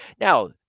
Now